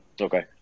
Okay